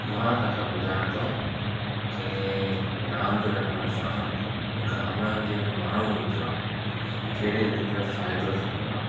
मां तव्हां खे ॿुधायांव थो कि रांदि रमण सां ॻामड़नि जे माण्हुनि जो कहिड़ी रीति फ़ाइदो थींदो आहे